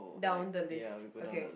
down the list okay